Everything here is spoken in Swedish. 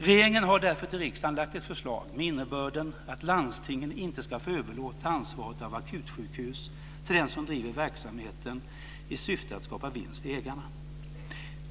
Regeringen har därför till riksdagen lagt fram ett förslag med innebörden att landstingen inte ska få överlåta ansvaret för akutsjukhus till den som driver verksamheten i syfte att skapa vinst till ägarna.